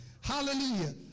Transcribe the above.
hallelujah